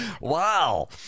wow